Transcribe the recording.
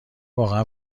واقعا